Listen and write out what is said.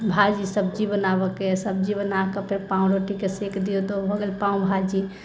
भाजी सब्जी बनाबऽके सब्जी बनाके फेर पाव रोटीके सेंक दिऔ तऽ ओ भए गेल पाव भाजी